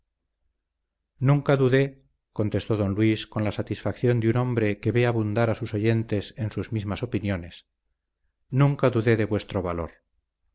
nunca dudé contestó don luis con la satisfacción de un hombre que ve abundar a sus oyentes en sus mismas opiniones nunca dudé de vuestro valor